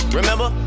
Remember